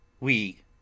We